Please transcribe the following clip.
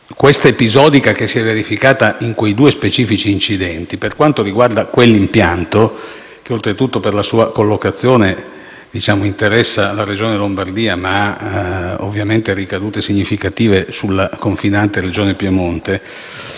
agli episodi verificatisi in quei due specifici incidenti, per quanto riguarda quell'impianto - che oltretutto, per la sua collocazione, interessa la Regione Lombardia, ma ovviamente ha ricadute significative sulla confinante Regione Piemonte